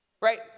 right